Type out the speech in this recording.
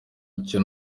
icyo